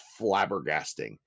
flabbergasting